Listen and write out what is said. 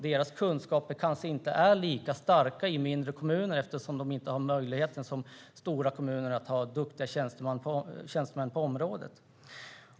Deras kunskaper är kanske inte lika stora som den är i stora kommuner eftersom de inte har samma möjlighet att ha duktiga tjänstemän på området.